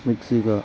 Mexico